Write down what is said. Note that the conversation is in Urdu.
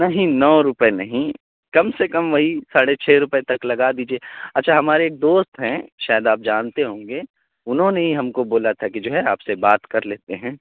نہیں نو روپئے نہیں کم سے کم وہی ساڑھے چھ روپے تک لگا دیجیے اچھا ہمارے ایک دوست ہیں شاید آپ جانتے ہوں گے انہوں نے ہی ہم کو بولا تھا کہ جو ہے آپ سے بات کر لیتے ہیں